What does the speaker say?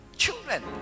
Children